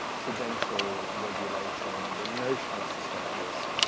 prudential regulation, the notion of systemic risk